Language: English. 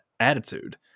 attitude